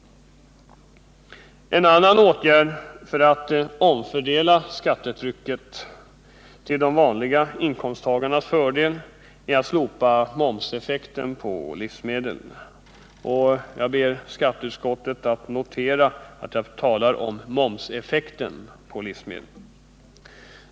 En annan åtgärd för att omfördela skattetrycket till de vanliga inkomsttagarnas fördel är att slopa momseffekten på livsmedel. Jag ber skatteutskottet notera att jag talar om momseffekten på livsmedel.